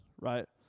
right